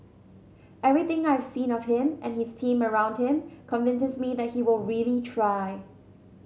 everything I have seen of him and his team around him convinces me that he will really try